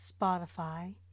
Spotify